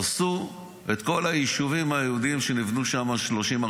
הרסו את כל היישובים היהודיים שנבנו שם 30,